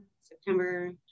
September